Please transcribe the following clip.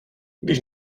když